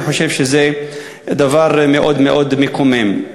אני חושב שזה דבר מאוד מאוד מקומם.